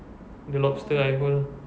the lobster I hold